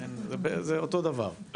זה אותו דבר.